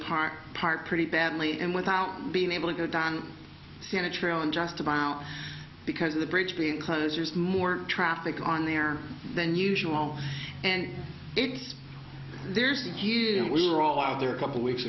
apart part pretty badly and without being able to go down santa's trail and just about because of the bridge being closer is more traffic on there than usual and it's there's the g and we're all out there a couple weeks